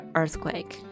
earthquake